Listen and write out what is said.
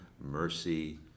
mercy